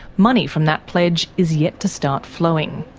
money from that pledge is yet to start flowing.